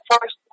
first